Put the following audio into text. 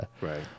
Right